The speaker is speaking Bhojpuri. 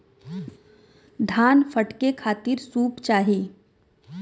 धान फटके खातिर सूप चाही